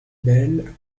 belle